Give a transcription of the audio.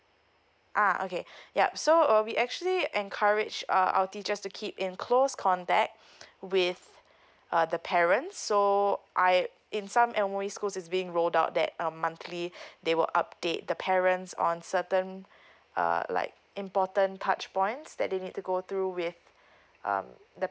ah okay yup so uh we actually encourage uh our teachers to keep in close contact with uh the parents so I in some way school is being rolled out that uh monthly they will update the parents on certain uh like important touch points that they need to go through with um the